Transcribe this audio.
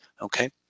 okay